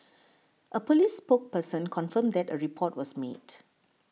a police spoke person confirmed that a report was made